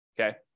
okay